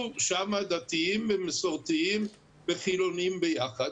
שם דתיים ומסורתיים וחילוניים ביחד,